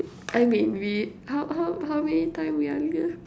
I mean we how how how many time we are here